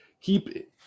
keep